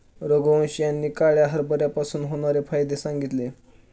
रघुवंश यांनी काळ्या हरभऱ्यापासून होणारे फायदे सांगितले